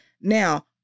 Now